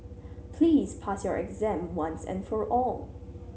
please pass your exam once and for all